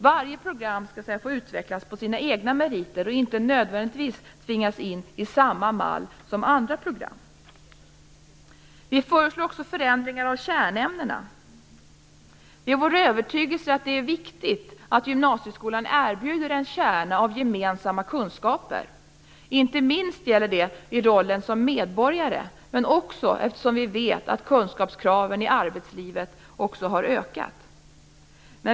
Varje program skall få utvecklas på sina egna meriter och inte nödvändigtvis tvingas in i samma mall som andra program. Vi föreslår också förändringar av kärnämnena. Det är vår övertygelse att det är viktigt att gymnasieskolan erbjuder en kärna av gemensamma kunskaper. Inte minst gäller det i rollen som medborgare, men vi vet också att kunskapskraven i arbetslivet har ökat.